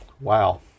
Wow